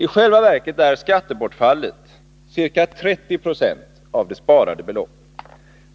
I själva verket är skattebortfallet ca 30 90 av det sparade beloppet.